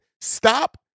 Stop